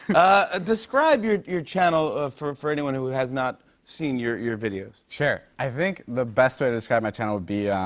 ah describe your your channel ah for for anyone who has not seen your your video. sure, i think the best way to describe my channel would be,